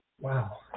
Wow